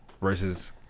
versus